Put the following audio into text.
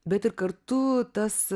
bet ir kartu tas